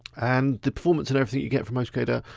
and the performance and everything you get from hostgator,